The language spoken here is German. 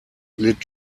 litt